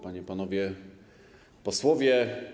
Panie i Panowie Posłowie!